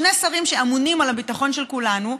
שני שרים שאמונים על הביטחון של כולנו,